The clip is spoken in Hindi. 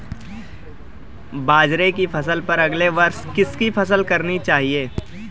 बाजरे की फसल पर अगले वर्ष किसकी फसल करनी चाहिए?